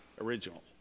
original